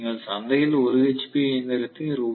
நீங்கள் சந்தையில் 1 ஹெச்பி இயந்திரத்தை ரூ